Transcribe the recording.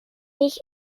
nicht